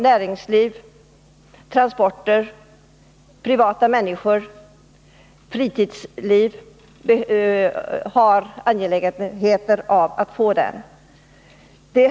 Näringsliv, privatpersoner och fritidsliv är angelägna om att få den.